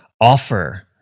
offer